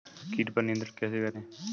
कीट पर नियंत्रण कैसे करें?